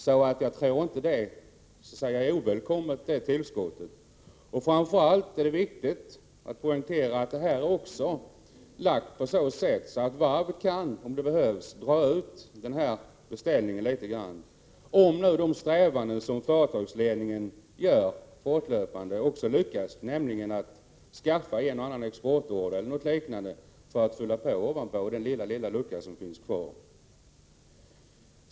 Jag tror alltså inte att det tillskottet är ovälkommet. Framför allt är det viktigt att poängtera att varvet kan, om det behövs, dra ut på den här beställningen litet grand om nu de ansträngningar som företagsledningen gör fortlöpande också lyckas, nämligen att skaffa en och annan exportorder för att fylla den lilla lucka som finns kvar.